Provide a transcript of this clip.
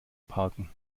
parken